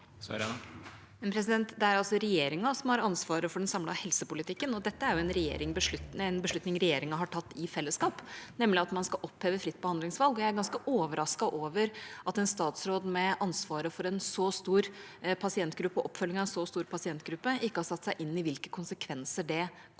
Det er altså re- gjeringa som har ansvaret for den samlede helsepolitikken, og dette er en beslutning regjeringa har tatt i fellesskap, nemlig at man skal oppheve fritt behandlingsvalg. Jeg er ganske overrasket over at en statsråd med ansvaret for oppfølgingen av en så stor pasientgruppe ikke har satt seg inn i hvilke konsekvenser det kommer